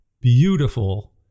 beautiful